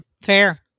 fair